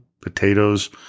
potatoes